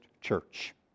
Church